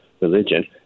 religion